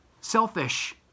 selfish